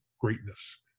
greatness